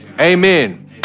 Amen